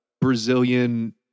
Brazilian